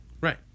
Right